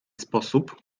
sposób